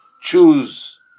Choose